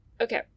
Okay